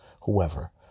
Whoever